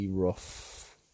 Rough